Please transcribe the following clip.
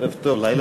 ערב טוב, לילה טוב.